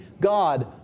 God